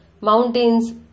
Mountains